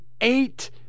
eight